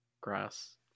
grass